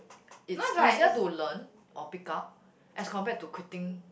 it's easier to learn or pick up as compared to quitting